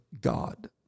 God